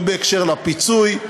לא בהקשר הפיצוי,